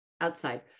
outside